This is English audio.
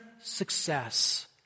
success